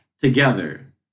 together